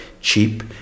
cheap